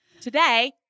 today